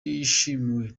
yishimiwe